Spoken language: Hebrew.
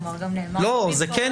לא נאמר.